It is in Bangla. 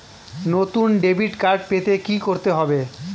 নতুন ডেবিট কার্ড পেতে কী করতে হবে?